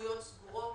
שהחנויות סגורות.